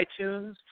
iTunes